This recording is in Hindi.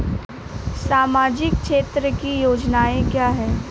सामाजिक क्षेत्र की योजनाएँ क्या हैं?